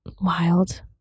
wild